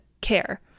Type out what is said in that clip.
care